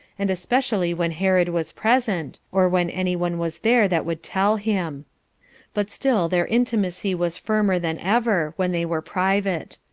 and especially when herod was present, or when any one was there that would tell him but still their intimacy was firmer than ever, when they were private.